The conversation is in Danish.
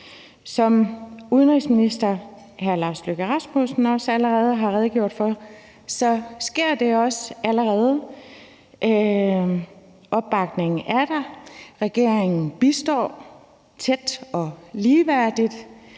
Som udenrigsministeren allerede har redegjort for, sker det også allerede. Opbakningen er der. Regeringen bistår tæt og ligeværdigt,